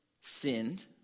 sinned